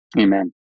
Amen